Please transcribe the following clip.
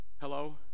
Hello